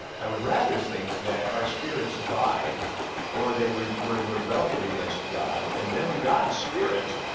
i would rather think that our spirits died or they were were in rebellion against god and then god's spirit